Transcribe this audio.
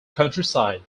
countryside